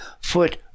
foot